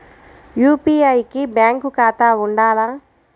UPI కి bank ఖాతా ఉండాల?